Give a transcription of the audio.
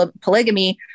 polygamy